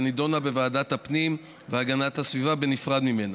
ונידונה בוועדת הפנים והגנת הסביבה בנפרד ממנה.